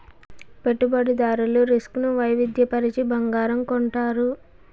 పెట్టుబడిదారులు రిస్క్ ను వైవిధ్య పరచి బంగారం కొంటారు